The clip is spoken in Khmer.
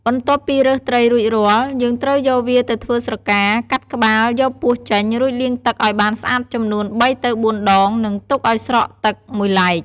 បន្ទាប់ពីរើសត្រីរួចរាល់ យើងត្រូវយកវាទៅធ្វើស្រកា កាត់ក្បាល យកពោះចេញ រួចលាងទឹកឱ្យបានស្អាតចំនួន ៣ទៅ៤ដង និងទុកឱ្យស្រក់ទឹកមួយឡែក។